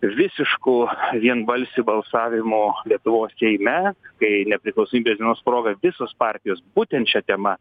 visišku vienbalsiu balsavimu lietuvos seime kai nepriklausomybės dienos proga visos partijos būtent šia tema